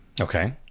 okay